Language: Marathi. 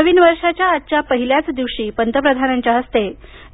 नवीन वर्षाच्या आजच्या पहिल्याच दिवशी पंतप्रधानांच्या हस्ते